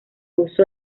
uso